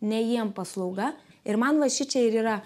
ne jiem paslauga ir man va šičia ir yra